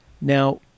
Now